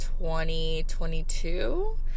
2022